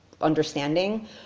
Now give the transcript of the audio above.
understanding